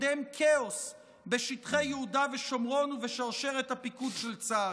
לקדם כאוס בשטחי יהודה ושומרון ובשרשרת הפיקוד של צה"ל.